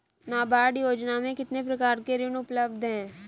नाबार्ड योजना में कितने प्रकार के ऋण उपलब्ध हैं?